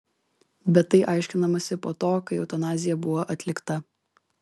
bet tai aiškinamasi po to kai eutanazija buvo atlikta